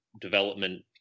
development